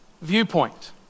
viewpoint